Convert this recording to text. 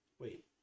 Wait